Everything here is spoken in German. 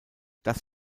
das